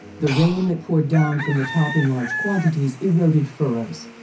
the rain that poured down from the top in large quantities eroded furrows.